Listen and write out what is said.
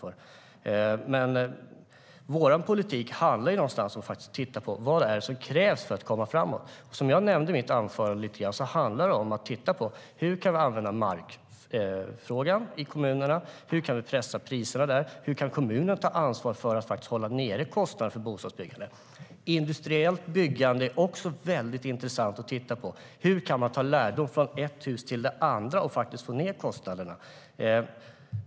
Vår politik handlar någonstans om att titta på vad som krävs för att vi ska komma framåt. Som jag nämnde i mitt anförande handlar det om att titta på hur vi kan använda markfrågan i kommunerna. Hur kan vi pressa priserna där, och hur kan kommunerna ta ansvar för att faktiskt hålla nere kostnaderna för bostadsbyggandet? Industriellt byggande är också väldigt intressant att titta på. Hur kan man dra lärdom från ett hus till ett annat och få ned kostnaderna?